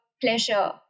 pleasure